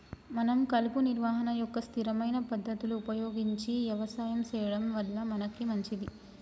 మనం కలుపు నిర్వహణ యొక్క స్థిరమైన పద్ధతులు ఉపయోగించి యవసాయం సెయ్యడం వల్ల మనకే మంచింది